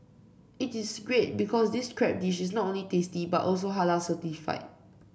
it is great because this crab dish is not only tasty but also Halal certified